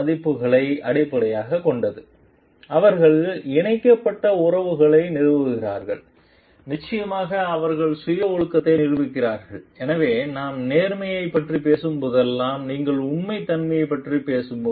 slide நேரம் 3225 பார்க்கவும் அவர்கள் இணைக்கப்பட்ட உறவுகளை நிறுவுகிறார்கள் நிச்சயமாக அவர்கள் சுய ஒழுக்கத்தை நிரூபிக்கிறார்கள் எனவே நாம் நேர்மையைப் பற்றி பேசும் போதெல்லாம் நீங்கள் உண்மைத்தன்மையைப் பற்றி பேசும்போது